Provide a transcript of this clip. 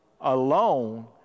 alone